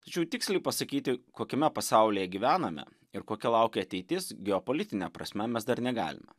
tačiau tiksliai pasakyti kokiame pasaulyje gyvename ir kokia laukia ateitis geopolitine prasme mes dar negalime